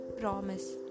promise